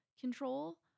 control